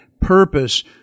purpose